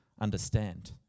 understand